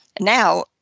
Now